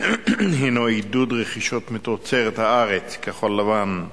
הינו עידוד רכישות מתוצרת הארץ, כחול-לבן,